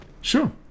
Sure